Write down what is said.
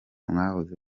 mwahoze